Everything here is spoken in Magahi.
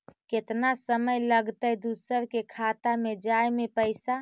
केतना समय लगतैय दुसर के खाता में जाय में पैसा?